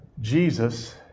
Jesus